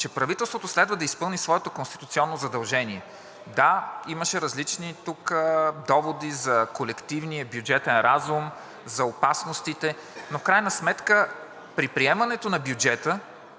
че правителството следва да изпълни своето конституционно задължение. Да, тук имаше различни доводи за колективния бюджетен разум, за опасностите, но в крайна сметка при приемането на бюджета